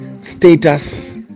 status